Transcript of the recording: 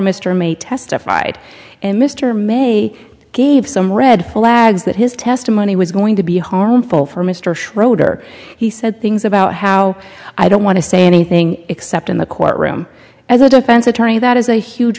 mr may testified and mr may gave some red flags that his testimony was going to be harmful for mr schroeder he said things about how i don't want to say anything except in the courtroom as a defense attorney that is a huge